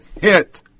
hit